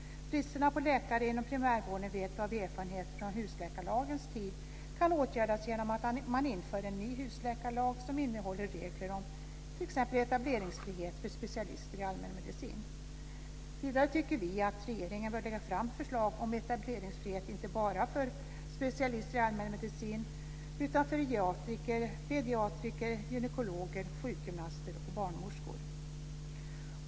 Bristen på läkare inom primärvården vet vi av erfarenhet från husläkarlagens tid kan åtgärdas genom att man inför en ny husläkarlag som innehåller regler om etableringsfrihet för specialister i allmänmedicin. Vidare anser vi att regeringen bör lägga fram förslag om etableringsfrihet inte bara för specialister i allmänmedicin utan för geriatriker, pediatriker, gynekologer, sjukgymnaster och barnmorskor.